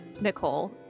Nicole